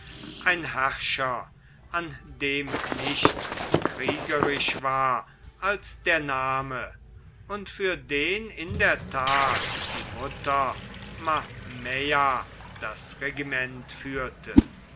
ein herrscher an dem nichts kriegerisch war als der name und für den in der tat die mutter mamaea das regiment führte